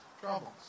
troubles